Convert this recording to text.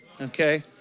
Okay